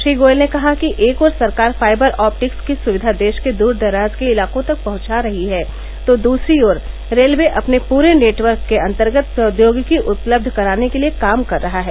श्री गोयल ने कहा कि एक ओर सरकार फाइबर ऑप्टिक्स की सुविधा देश के दूरदराज के इलाकों तक पहुंचा रही है तो दूसरी ओर रेलवे अपने पूरे नैटवर्क के अंतर्गत प्रौद्योगिकी उपलब्ध कराने के लिए काम कर रहा है